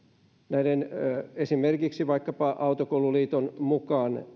näiden esimerkiksi vaikkapa autokoululiiton mukaan